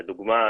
לדוגמה,